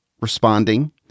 responding